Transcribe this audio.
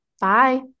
Bye